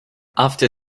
after